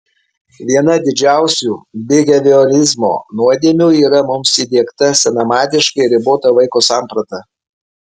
viena didžiausių biheviorizmo nuodėmių yra mums įdiegta senamadiška ir ribota vaiko samprata